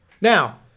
Now